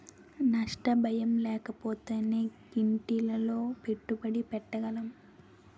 నష్ట భయం లేకపోతేనే ఈక్విటీలలో పెట్టుబడి పెట్టగలం